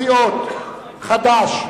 סיעות חד"ש,